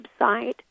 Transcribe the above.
website